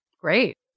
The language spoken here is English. Great